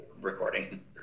recording